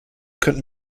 könnten